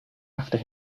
after